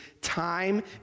time